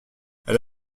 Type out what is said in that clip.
elle